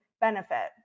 benefit